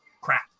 crap